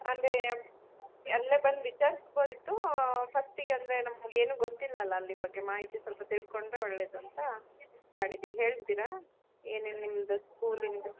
ಅಂದರೆ ಅಲ್ಲೇ ಬಂದು ವಿಚಾರಿಸ್ಬೌದಿತ್ತು ಫಸ್ಟ್ಗೆ ಅಂದರೆ ನಮಗೇನು ಗೊತ್ತಿಲ್ಲಲ್ಲ ಅಲ್ಲಿ ಬಗ್ಗೆ ಮಾಹಿತಿ ಸ್ವಲ್ಪ ತಿಳ್ಕೊಂಡರೆ ಒಳ್ಳೆಯದು ಅಂತ ಮಾಡಿದ್ದು ಹೇಳ್ತೀರಾ ಏನೇನು ನಿಮ್ಮದು ಸ್ಕೂಲಿಂದು